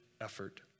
effort